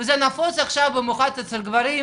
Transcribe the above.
וזה נפוץ עכשיו במיוחד אצל גברים,